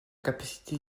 capacité